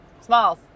Smalls